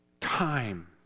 time